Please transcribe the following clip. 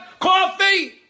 coffee